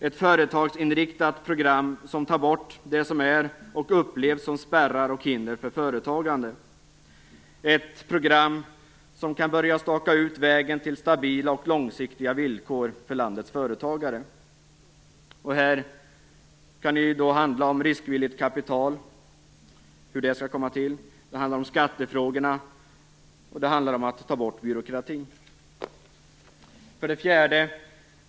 Ett företagsinriktat program, som tar bort det som är och upplevs som spärrar och hinder för företagande, ett program som kan börja staka ut vägen till stabila och långsiktiga villkor för landets företagare. Här kan det handla om riskvilligt kapital, hur det skall komma till, om skattefrågorna och om att ta bort byråkratin. 4.